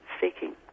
seeking